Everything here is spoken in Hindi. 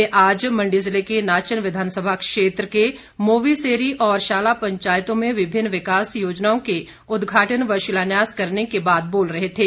वे आज मंडी जिले के नाचन विधानसभा क्षेत्र मोवी सेरी और शाला पंचायतों में विभिन्न विकास योजनाओं के उदघाटन व शिलान्यास करने के बाद बोल रहे थे